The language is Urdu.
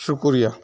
شکریہ